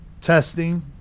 testing